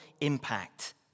impact